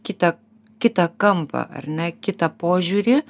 kitą kitą kampą ar ne kitą požiūrį